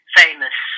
famous